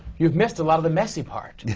you've missed a lot of the messy part! yeah!